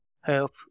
help